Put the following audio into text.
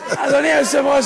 אדוני היושב-ראש,